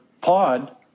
pod